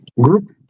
Group